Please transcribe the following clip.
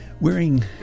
wearing